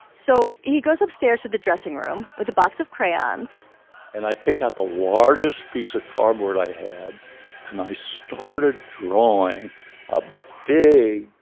so he goes upstairs to the dressing room with a box of crayons and i pick up a largest piece of cardboard i had and i started drawing a big